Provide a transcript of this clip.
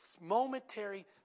momentary